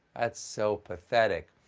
that's so pathetic.